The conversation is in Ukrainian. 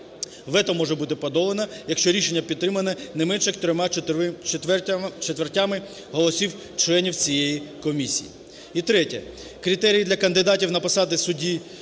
Вето може бути подолано, якщо рішення підтримано не менш як трьома четвертями голосів членів цієї комісії. І третє. Критерії для кандидатів на посади судді